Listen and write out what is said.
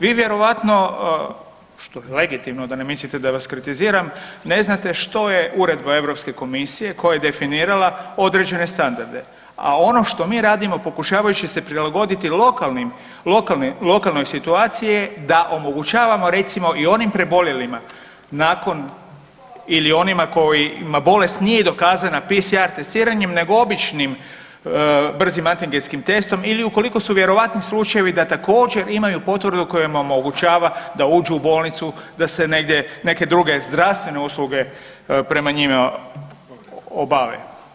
Vi vjerojatno, što je legitimno, da ne mislite da vas kritiziram, ne znate što je uredba EU komisije koja je definirala određene standarde, a ono što mi radimo pokušavajući se prilagoditi lokalnim, lokalnoj situaciji je da omogućavamo, recimo i onim preboljelima nakon ili onima kojima bolest nije dokazana PCR testiranjem nego običnim brzi antigenskim testom ili ukoliko su vjerojatni slučajevi da također, imaju potvrdu koja im omogućava da uđu u bolnicu, da se negdje, neke druge zdravstvene usluge prema njima obave.